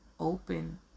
open